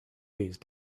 these